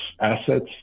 assets